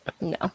No